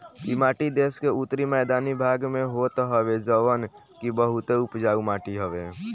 इ माटी देस के उत्तरी मैदानी भाग में होत हवे जवन की बहुते उपजाऊ माटी हवे